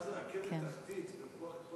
אבל, שם זו רכבת תחתית, וכאן זה רכבת עילית.